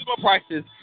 prices